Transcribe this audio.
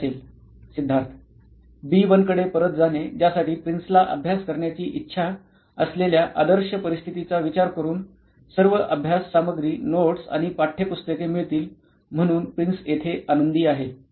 Siddharth B 1 कडे परत जाणे ज्यासाठी प्रिन्सला अभ्यास करण्याची इच्छा असलेल्या आदर्श परिस्थितीचा विचार करून सर्व अभ्यास सामग्री नोट्स आणि पाठ्यपुस्तके मिळतील म्हणून प्रिन्स येथे आनंदी आहे